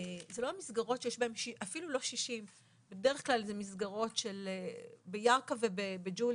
אלה מסגרות שיש בהן אפילו לא 60. בירכא ובג'וליס,